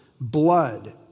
blood